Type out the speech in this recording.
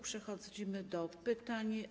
Przechodzimy do pytań.